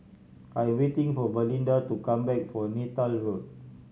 I am waiting for Valinda to come back from Neythal Road